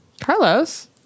Carlos